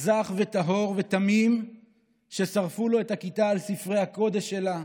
זך וטהור ותמים ששרפו לו את הכיתה על ספרי הקודש שלה,